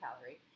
calorie